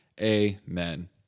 Amen